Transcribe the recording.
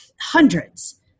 hundreds